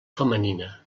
femenina